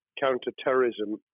counter-terrorism